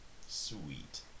Sweet